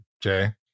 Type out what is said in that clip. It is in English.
jay